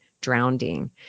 drowning